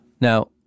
Now